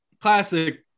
classic